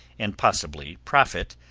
and possibly profit,